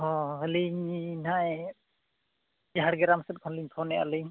ᱦᱮᱸ ᱟᱹᱞᱤᱧ ᱱᱚᱜᱼᱚᱸᱭ ᱡᱷᱟᱲᱜᱨᱟᱢ ᱥᱮᱫ ᱠᱷᱚᱱ ᱯᱷᱳᱱ ᱮᱜᱼᱟ ᱞᱤᱧ